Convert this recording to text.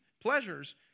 pleasures